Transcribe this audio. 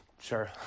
sure